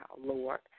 Lord